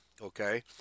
Okay